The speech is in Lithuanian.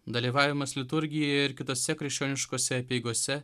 dalyvavimas liturgijoje ir kitose krikščioniškose apeigose